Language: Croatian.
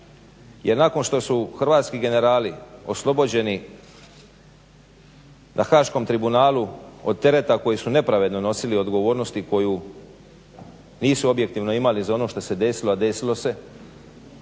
Jer nakon što su hrvatski generali oslobođeni na haaškom tribunalu od tereta koji su nepravedno nosili, odgovornosti koju nisu objektivno imali za ono što se desilo, a desilo se,